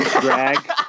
Drag